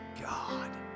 God